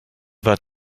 that